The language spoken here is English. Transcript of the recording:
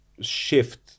shift